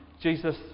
Jesus